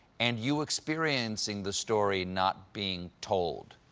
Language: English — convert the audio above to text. and you experiencing the story not being told.